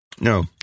No